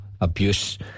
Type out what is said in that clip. abuse